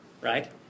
Right